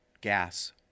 gas